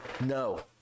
No